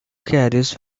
caddies